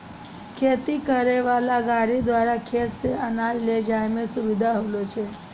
खेती करै वाला गाड़ी द्वारा खेत से अनाज ले जाय मे सुबिधा होलो छै